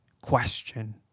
question